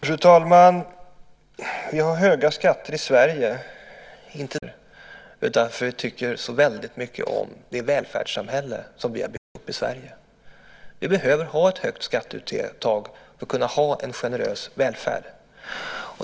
Fru talman! Vi har höga skatter i Sverige inte därför att vi per definition tycker om höga skatter utan därför att vi tycker så väldigt mycket om det välfärdssamhälle som vi har byggt upp i Sverige. Vi behöver ha ett högt skatteuttag för att kunna ha en generös välfärd.